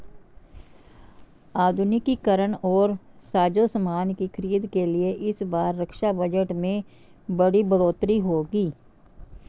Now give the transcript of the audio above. आधुनिकीकरण और साजोसामान की खरीद के लिए इस बार रक्षा बजट में बड़ी बढ़ोतरी होगी